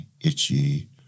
itchy